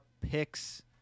picks